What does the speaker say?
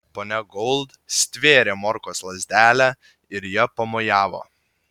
ponia gold stvėrė morkos lazdelę ir ja pamojavo